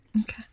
Okay